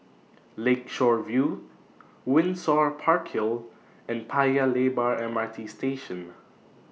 Lakeshore View Windsor Park Hill and Paya Lebar MRT Station